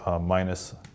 minus